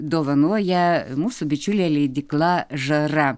dovanoja mūsų bičiulė leidykla žara